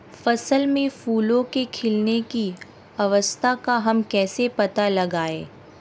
फसल में फूलों के खिलने की अवस्था का हम कैसे पता लगाएं?